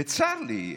וצר לי,